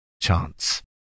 chance